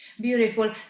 Beautiful